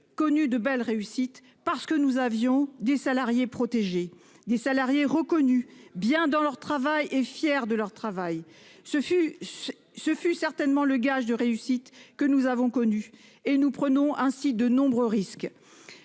Connu de belles réussites parce que nous avions des salariés protégés des salariés reconnus bien dans leur travail et fiers de leur travail. Ce fut. Ce fut certainement le gage de réussite que nous avons connu et nous prenons ainsi de nombreux risques